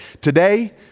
Today